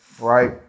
right